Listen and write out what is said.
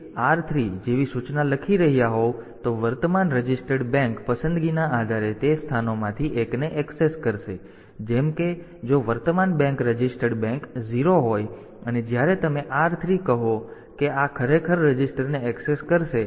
તેથી જો તમે MOV AR3 જેવી સૂચના લખી રહ્યા હોવ તો વર્તમાન રજિસ્ટર્ડ બેંક પસંદગીના આધારે તે સ્થાનોમાંથી એકને એક્સેસ કરશે જેમ કે જો વર્તમાન બેંક રજિસ્ટર્ડ બેંક 0 હોય અને જ્યારે તમે R3 કહો કે આ ખરેખર રજિસ્ટરને ઍક્સેસ કરશે